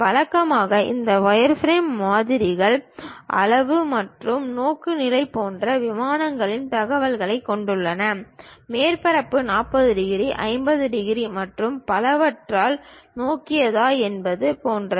வழக்கமாக இந்த வயர்ஃப்ரேம் மாதிரிகள் அளவு மற்றும் நோக்குநிலை போன்ற விமானங்களின் தகவல்களைக் கொண்டுள்ளன மேற்பரப்பு 40 டிகிரி 50 டிகிரி மற்றும் பலவற்றால் நோக்கியதா என்பது போன்றது